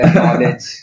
knowledge